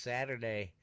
Saturday